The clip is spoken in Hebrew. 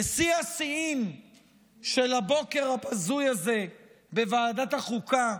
ושיא השיאים של הבוקר הבזוי הזה בוועדת החוקה,